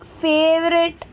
favorite